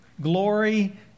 glory